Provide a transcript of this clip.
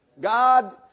God